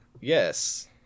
Yes